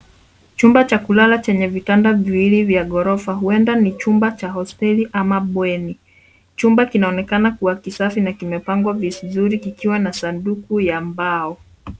Chumba cha kulala chenye vitanda viwili vya ghorofa, huenda ni chumba cha hosteli ama bweni. Chumba kinaonekana kuwa kisafi na kimepangwa vizuri kikiwa na sanduku ya mbao.